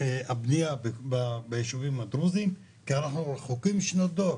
הבנייה ביישובים הדרוזים כי אנחנו רחוקים שנות דור,